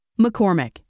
McCormick